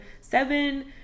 seven